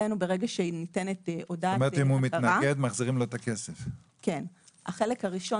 ברגע שניתנת אצלנו הודעת הכרה --- זאת אומרת שאם הוא מתנגד,